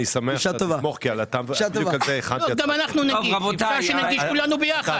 אני שאלתי את השאלה שלי לגבי גורמי אכיפה ולגבי גורם מתכלל.